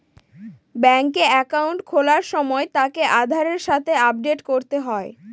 ব্যাঙ্কে একাউন্ট খোলার সময় তাকে আধারের সাথে আপডেট করতে হয়